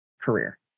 career